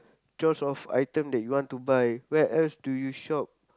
choice of item that you want to buy where else do you shop